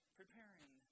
preparing